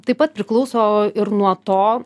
taip pat priklauso ir nuo to